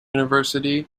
university